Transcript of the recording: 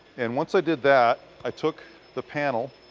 and once i did that, i took the panel